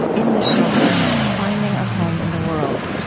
in the shelter finding a home in the world.